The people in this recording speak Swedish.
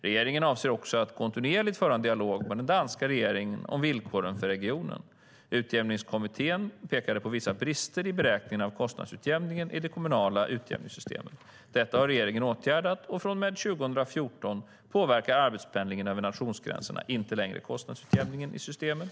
Regeringen avser också att kontinuerligt föra en dialog med den danska regeringen om villkoren för regionen. Utjämningskommittén pekade på vissa brister i beräkningen av kostnadsutjämningen i det kommunala utjämningssystemet. Detta har regeringen åtgärdat, och från och med 2014 påverkar arbetspendling över nationsgränserna inte längre kostnadsutjämningen i det systemet.